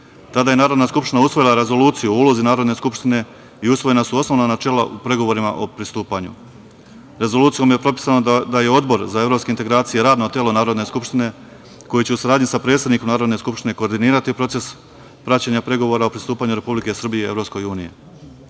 tada je Narodna skupština usvojila rezoluciju o ulozi Narodne skupštine i usvojena su osnovna načela u pregovorima o pristupanju. Rezolucijom je propisano da je Odbor za evropske integracije, radno telo Narodne skupštine, koji će u saradnji sa predsednikom Narodne skupštine koordinirati proces praćenja pregovora, o pristupanju Republike Srbije